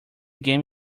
game